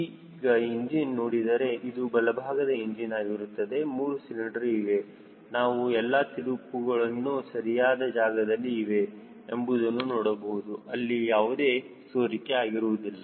ಈಗ ಇಂಜಿನ್ ನೋಡಿದರೆ ಇದು ಬಲಭಾಗದ ಇಂಜಿನ್ ಆಗಿರುತ್ತದೆ 3 ಸಿಲಿಂಡರ್ ಇವೆ ನಾವು ಎಲ್ಲಾ ತಿರುಪುಗಳು ಸರಿಯಾದ ಜಾಗದಲ್ಲಿ ಇವೆ ಎಂಬುದನ್ನು ನೋಡುವುದು ಅಲ್ಲಿ ಯಾವುದೇ ಸೋರಿಕೆ ಇರುವುದಿಲ್ಲ